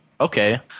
Okay